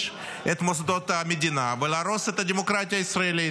את מוסדות המדינה ולהרוס את הדמוקרטיה הישראלית.